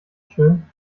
schön